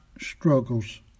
struggles